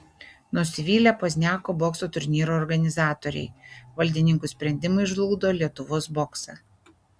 nusivylę pozniako bokso turnyro organizatoriai valdininkų sprendimai žlugdo lietuvos boksą